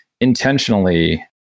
intentionally